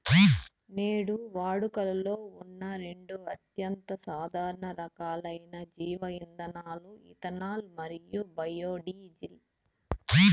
నేడు వాడుకలో ఉన్న రెండు అత్యంత సాధారణ రకాలైన జీవ ఇంధనాలు ఇథనాల్ మరియు బయోడీజిల్